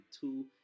two